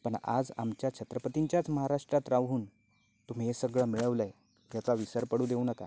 पण आज आमच्या छत्रपतींच्याच महाराष्ट्रात राहून तुम्ही हे सगळं मिळवलं आहे ह्याचा विसर पडू देऊ नका